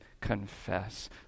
confess